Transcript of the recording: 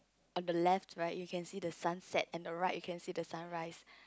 on the left right you can see the sun set and the right you can see the sunrise